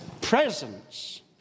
presence